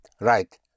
Right